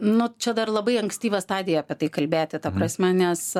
na čia dar labai ankstyva stadija apie tai kalbėti ta prasme nes